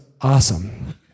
awesome